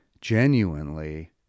genuinely